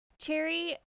Cherry